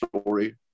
story